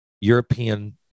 European